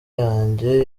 yanjye